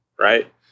right